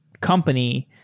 company